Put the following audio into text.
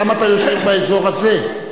למה אתה יושב באזור הזה?